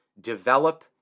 develop